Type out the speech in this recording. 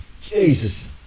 Jesus